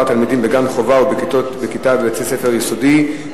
התלמידים בגן-חובה ובכיתה בבית-ספר יסודי,